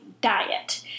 diet